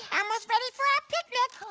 elmo's ready for our picnic.